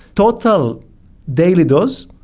total daily dose,